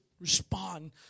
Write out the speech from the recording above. Respond